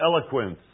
eloquence